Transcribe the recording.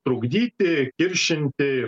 trukdyti kiršinti